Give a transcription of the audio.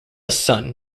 son